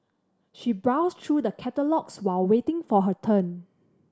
she browsed through the catalogues while waiting for her turn